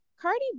Cardi